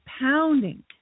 pounding